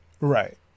Right